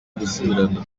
gusubirana